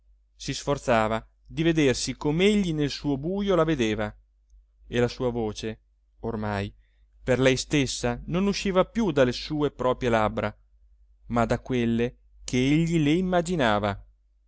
si sforzava di vedersi com'egli nel suo bujo la vedeva e la sua voce ormai per lei stessa non usciva più dalle sue proprie labbra ma da quelle ch'egli le immaginava